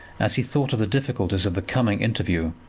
as he thought of the difficulties of the coming interview,